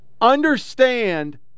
understand